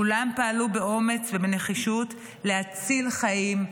כולם פעלו באומץ ובנחישות להציל חיים,